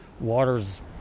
water's